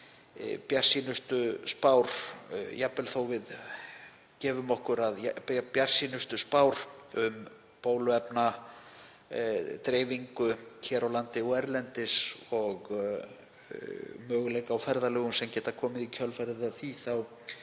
bjartsýnustu spár rætist um bóluefnadreifingu hér á landi og erlendis og möguleika á ferðalögum sem geta komið í kjölfarið held